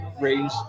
range